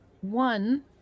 one